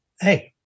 hey